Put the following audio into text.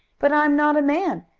but i'm not a man,